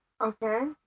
Okay